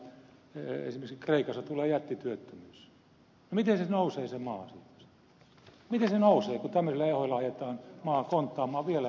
miten se nousee se maa silloin siitä miten se nousee kun tämmöisillä ehdoilla ajetaan maa konttaamaan vielä raskaammin